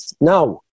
No